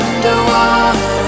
Underwater